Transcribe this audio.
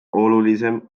olulisem